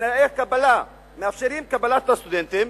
ותנאי קבלה שמאפשרים קבלת הסטודנטים,